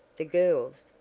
the girls,